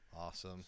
awesome